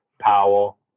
powell